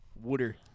Water